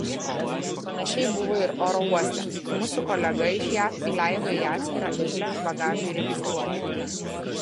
panašiai buvo ir oro uoste mus su kolega iš jav įleido į atskirą eilę bagažui registruoti